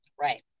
Right